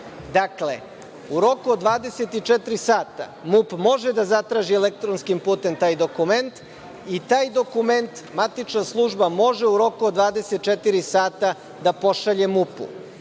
Dakle, u roku od 24 časa MUP može da zatraži elektronskim putem taj dokument i taj dokument matična služba može u roku od 24 časa da pošalje